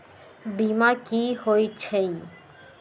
बीमा कि होई छई?